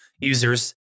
users